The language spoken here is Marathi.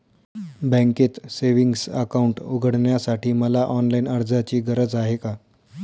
बँकेत सेविंग्स अकाउंट उघडण्यासाठी मला ऑनलाईन अर्जाची गरज आहे का?